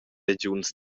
regiuns